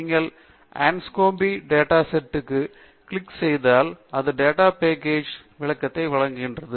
நீங்கள் Anscombe data set க் click செய்தால் அது டேட்டா பேக்கேஜ் ன் விளக்கத்தை வழங்குகிறது